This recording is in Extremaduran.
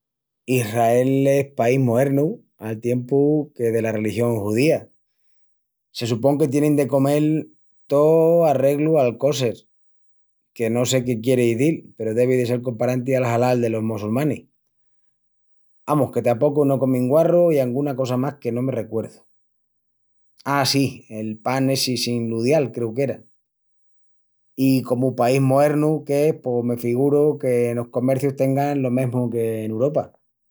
Israel es país moernu al tiempu que dela religión judía. Se supon que tienin de comel tó arreglu al kosher, que no sé qué quieri izil, peru devi de sel comparanti al halal delos mossulmanis. Amus, que tapocu no comin guarru i anguna cosa más que no me recuerdu. Á, sí, el pan essi sin ludial creu qu'era. I comu país moernu qu'es pos me figuru que enos comercius tengan lo mesmu que en Uropa.